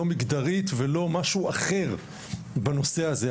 לא מגדרית ולא משהו אחר בנושא הזה.